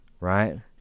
right